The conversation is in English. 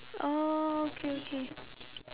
oh okay okay